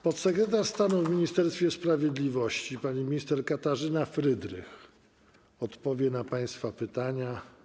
Podsekretarz stanu w Ministerstwie Sprawiedliwości pani minister Katarzyna Frydrych odpowie na państwa pytania.